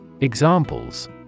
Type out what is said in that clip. Examples